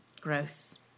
Gross